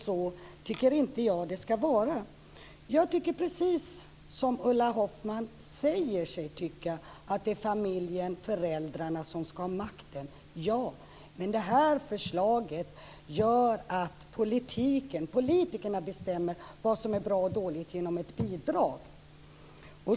Så tycker inte jag att det ska vara. Jag tycker precis som Ulla Hoffmann säger sig tycka att det är familjen, föräldrarna som ska ha makten. Men det här förslaget gör att politikerna bestämmer vad som är bra och dåligt genom ett bidrag.